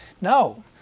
No